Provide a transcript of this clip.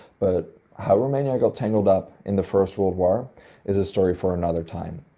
but how romania got tangled up in the first world war is a story for another time.